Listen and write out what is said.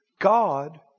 God